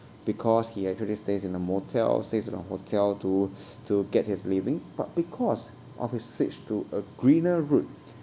because he actually stays in a motel stays in a hotel to to get his living but because of his switch to a greener route